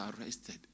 arrested